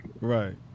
right